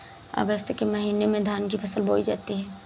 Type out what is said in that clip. अगस्त के महीने में धान की फसल बोई जाती हैं